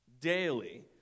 daily